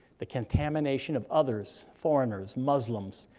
the contamination of others, foreigners muslims,